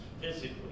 physically